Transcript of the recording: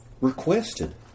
requested